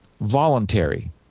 voluntary